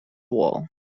wall